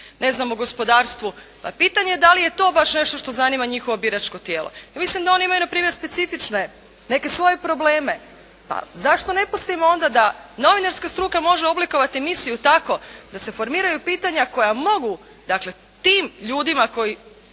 ne znam o gospodarstvu, pa pitanje je da li je to baš nešto što zanima njihovo biračko tijelo. Ja mislim da oni imaju npr. specifične neke svoje probleme, pa zašto ne pustimo onda da novinarska struka može oblikovati emisiju tako da se formiraju pitanja koja mogu dakle, tim ljudima, koji